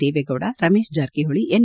Deve Gowda Ramesh Jarkiholi N